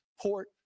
port